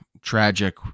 tragic